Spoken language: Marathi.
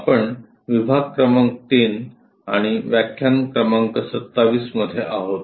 आपण विभाग क्रमांक 3 आणि व्याख्यान क्रमांक 27 मध्ये आहोत